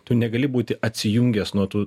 tu negali būti atsijungęs nuo tų